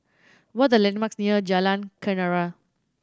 what are the landmarks near Jalan Kenarah